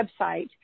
website